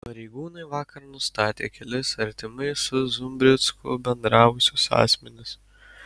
pareigūnai vakar nustatė kelis artimai su zumbricku bendravusius asmenis